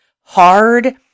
hard